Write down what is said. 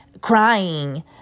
crying